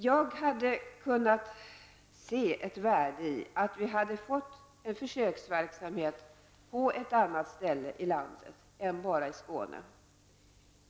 Jag hade kunnat se ett värde i att vi hade fått till stånd en försöksverksamhet på ett annat ställe i landet än bara i Skåne.